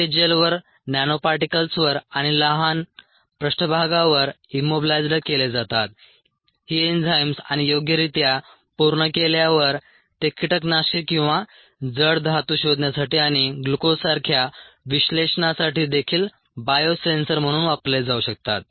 ते जेलवर नॅनो पार्टीकल्सवर आणि लहान पृष्ठभागांवर इम्मोबिलायइझ्ड केले जातात ही एन्झाइम्स आणि योग्यरित्या पूर्ण केल्यावर ते कीटकनाशके किंवा जड धातू शोधण्यासाठी आणि ग्लुकोज सारख्या विश्लेषणासाठी देखील बायो सेन्सर म्हणून वापरले जाऊ शकतात